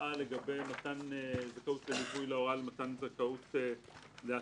ההוראה לגבי מתן זכאות לליווי להוראה למתן זכאות להסעה,